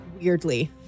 weirdly